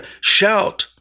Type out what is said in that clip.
Shout